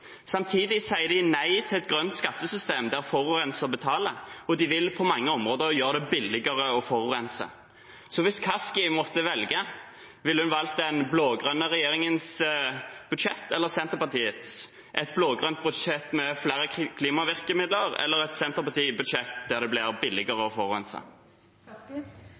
Samtidig sier de nei til et grønt skattesystem der forurenser betaler, og de vil på mange områder gjøre det billigere å forurense. Hvis Kaski måtte velge, ville hun valgt den blå-grønne regjeringens budsjett eller Senterpartiets – et blå-grønt budsjett med flere klimavirkemidler eller et Senterparti-budsjett der det blir billigere å